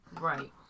Right